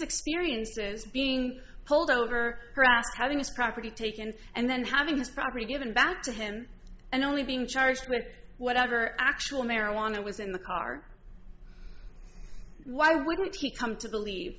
experiences being pulled over harassed having his property taken and then having his property given back to him and only being charged with whatever actual marijuana was in the car why wouldn't he come to believe